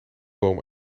boom